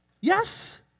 Yes